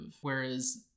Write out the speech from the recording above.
Whereas